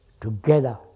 together